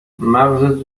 مغزت